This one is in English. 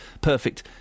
perfect